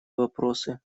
вопросы